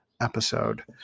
episode